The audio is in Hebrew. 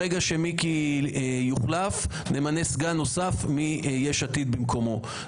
ברגע שמיקי יוחלף, נמנה סגן נוסף מיש עתיד במקומו.